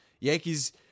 Yankees